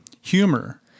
humor